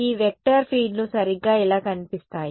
ఈ వెక్టార్ ఫీల్డ్లు సరిగ్గా ఇలా కనిపిస్తాయి